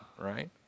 right